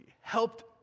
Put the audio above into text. helped